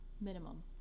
minimum